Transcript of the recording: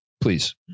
please